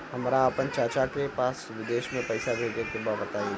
हमरा आपन चाचा के पास विदेश में पइसा भेजे के बा बताई